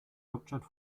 hauptstadt